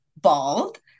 bald